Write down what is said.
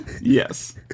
Yes